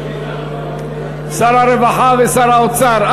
שר הרווחה ושר האוצר,